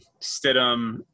Stidham